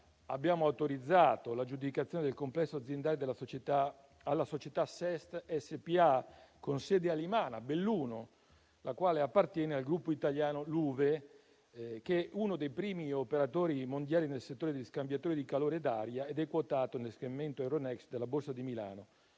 abbiamo autorizzato l'aggiudicazione del complesso aziendale alla società SEST SpA, con sede a Limana, Belluno, la quale appartiene al gruppo italiano LU-VE, uno dei primi operatori mondiali nel settore degli scambiatori di calore d'aria e quotato nel segmento Euronext della Borsa di Milano.